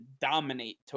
dominate